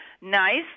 nice